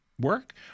work